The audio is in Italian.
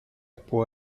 può